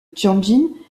tianjin